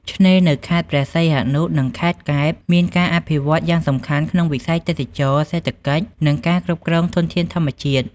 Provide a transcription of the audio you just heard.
ឆ្នេរនៅខេត្តព្រះសីហនុ និងខេត្តកែប មានការអភិវឌ្ឍន៍យ៉ាងសំខាន់ក្នុងវិស័យទេសចរណ៍ សេដ្ឋកិច្ច និងការគ្រប់គ្រងធនធានធម្មជាតិ។